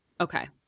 Okay